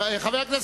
יהדות